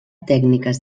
tècniques